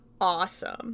awesome